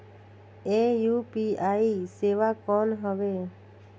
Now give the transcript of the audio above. ये यू.पी.आई सेवा कौन हवे?